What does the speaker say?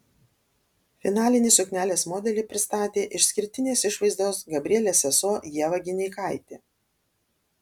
finalinį suknelės modelį pristatė išskirtinės išvaizdos gabrielės sesuo ieva gineikaitė